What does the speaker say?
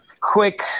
quick